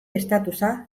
estatusa